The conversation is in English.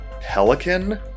Pelican